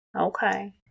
Okay